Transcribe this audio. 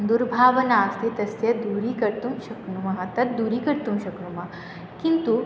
दुर्भावना अस्ति तस्य दूरीकर्तुं शक्नुमः तत् दूरीकर्तुं शक्नुमः किन्तु